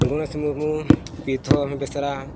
Ganesh Murmu Pitham Besra